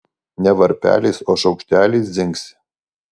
ne varpeliais o šaukšteliais dzingsi